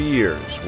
years